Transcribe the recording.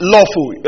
Lawful